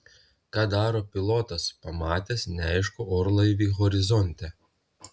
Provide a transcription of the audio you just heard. ką daro pilotas pamatęs neaiškų orlaivį horizonte